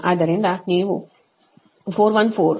ಆದ್ದರಿಂದ ನೀವು 414∟ 33